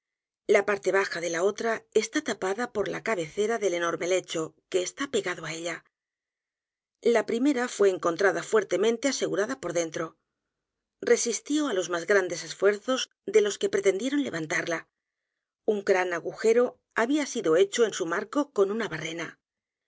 la parte baja de la otra está tapada por la cabecera del enorme lecho que está pegado á ella la primera fué encontrada fuertemente a s e g u r a d a por dentro resistió á los m á s grandes esfuerzos de los que pretendieron levantarla un gran agujero había sido hecho en su marco con una barrena